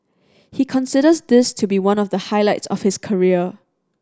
he considers this to be one of the highlights of his career